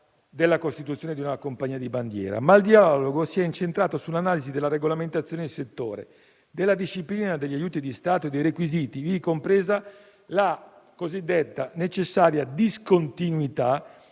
della costituzione di una compagnia di bandiera, ma il dialogo si è incentrato sull'analisi della regolamentazione di settore, della disciplina degli aiuti di Stato e dei requisiti, ivi compresa la cosiddetta necessaria "discontinuità",